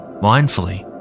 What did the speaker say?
Mindfully